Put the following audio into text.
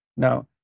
Now